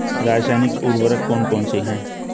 रासायनिक उर्वरक कौन कौनसे हैं?